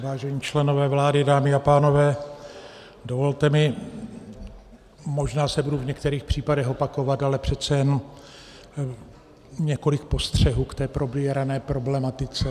Vážení členové vlády, dámy a pánové, dovolte mi, možná se budu v některých případech opakovat, ale přece jen několik postřehů k té probírané problematice.